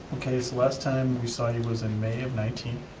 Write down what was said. okay, so last time we saw you was in may of nineteen.